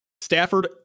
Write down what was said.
Stafford